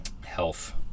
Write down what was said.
health